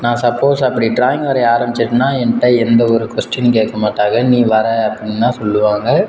நான் சப்போஸ் அப்படி ட்ராயிங் வரைய ஆரம்பிச்சிட்டேனா என்கிட்ட எந்த ஒரு கொஸ்டீனும் கேட்கமாட்டாங்க நீ வரை அப்படின்னு தான் சொல்லுவாங்க